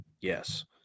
Yes